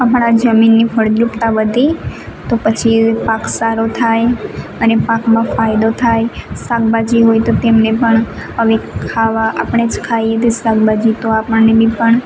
આપણા જમીનની ફળદ્રુપતા વધે તો પછી પાક સારો થાય અને પાકમાં ફાયદો થાય શાકભાજી હોય તો તેમને પણ અવે ખાવા આપણે જ ખાઈએ શાકભાજી તો આપણને બી પણ